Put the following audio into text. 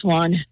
one